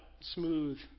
smooth